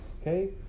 okay